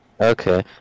Okay